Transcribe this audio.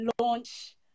launch